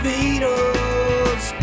Beatles